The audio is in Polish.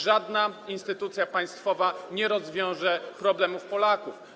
Żadna instytucja państwowa nie rozwiąże problemów Polaków.